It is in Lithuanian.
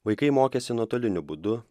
vaikai mokėsi nuotoliniu būdu